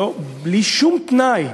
בלי שום תנאי,